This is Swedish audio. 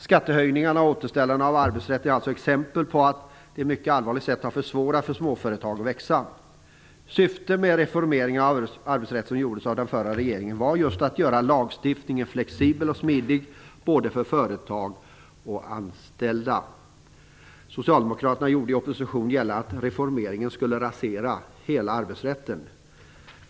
Skattehöjningarna och återställandet av arbetsrätten är alltså exempel på att det på ett mycket allvarligt sätt blivit svårare för småföretagen att växa. Syftet med reformeringen av arbetsrätten, som gjordes av den förra regeringen, var just att göra lagstiftningen flexibel och smidig för både företag och anställda. Socialdemokraterna gjorde i oppposition gällande att reformeringen skulle rasera hela arbetsrätten.